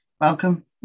Welcome